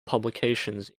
publications